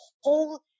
whole